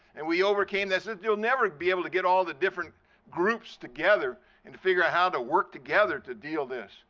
and we overcame, they said, you'll never be able to get all the different groups together and to figure out how to work together to deal this.